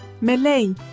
Malay